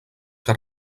que